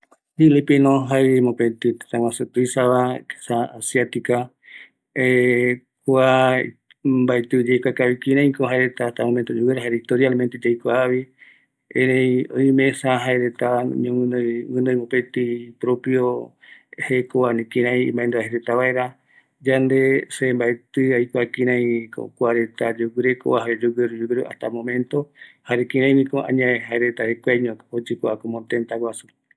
Kua tëtä filipina, jaevi jëräkua jeta ïrüva tëtäreta oyuvanga jeeva, oïme oipotarupi kua tëtä peguareta oyeesa, se mbaeti aikua kavi kïraïko kua tëtäsva, jare jaevaera aikuambaereve, oïmeko opaete tëtä reta oikua mbaeporara oiko vaera